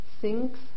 sinks